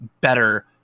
better